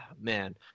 man